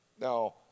Now